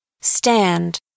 Stand